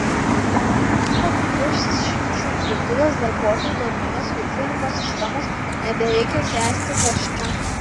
po remonto pusšimčiui virtuvės darbuotojų dėl naujos vėdinimo sistemos nebereikia kęsti karščio